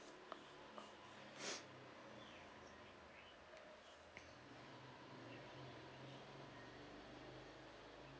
uh uh